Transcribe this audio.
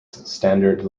standard